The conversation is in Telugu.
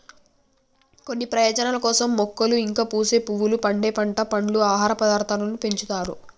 కొన్ని ప్రయోజనాల కోసం మొక్కలు ఇంకా పూసే పువ్వులు, పండే పంట, పండ్లు, ఆహార పదార్థాలను పెంచుతారు